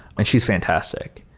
and she's fantastic.